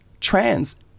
trans